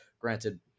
Granted